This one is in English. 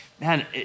man